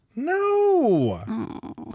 No